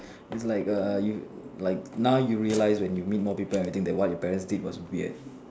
is like a you like now you realise when you meet more people everything that what your parent did was weird